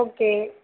okay